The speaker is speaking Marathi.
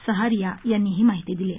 सहारिया यांनी ही माहिती दिली आहे